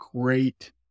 great